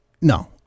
no